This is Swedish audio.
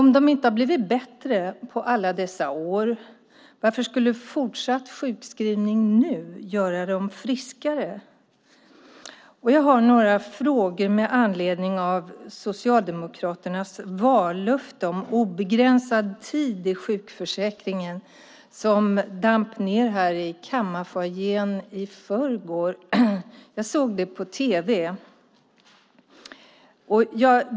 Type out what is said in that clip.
Om de inte har blivit bättre på alla dessa år, varför skulle fortsatt sjukskrivning nu göra dem friskare? Jag har några frågor med anledning av Socialdemokraternas vallöfte om obegränsad tid i sjukförsäkringen som damp ned här i kammarfoajén i förrgår. Jag såg det på tv.